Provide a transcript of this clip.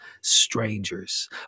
Strangers